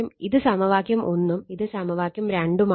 ഇത് സമവാക്യം ഉം ഇത് സമവാക്യം ഉം ആണ്